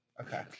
Okay